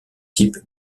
type